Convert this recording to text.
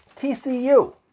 TCU